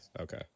okay